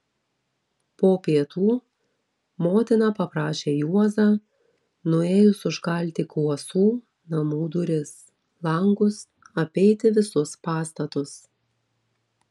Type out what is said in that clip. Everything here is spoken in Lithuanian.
po pietų motina paprašė juozą nuėjus užkalti kuosų namų duris langus apeiti visus pastatus